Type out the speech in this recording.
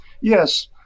Yes